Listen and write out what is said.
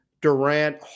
Durant